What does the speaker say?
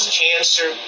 cancer